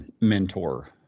mentor